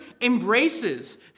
embraces